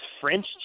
French